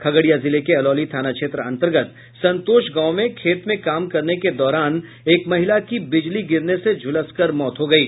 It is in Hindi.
खगड़िया जिले के अलौली थाना क्षेत्र अंतर्गत संतोष गांव में खेत में काम करने के दौरान एक महिला की बिजली गिरने से झुलसकर मौत हो गयी